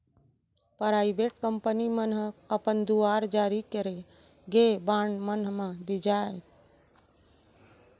private company मन ह अपन दुवार जारी करे गे बांड मन म बियाज ल घलोक जादा मातरा म देथे कोनो भी मनखे ल बांड लेवई म